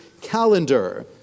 calendar